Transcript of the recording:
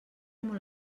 molt